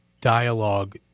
dialogue